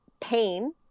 pain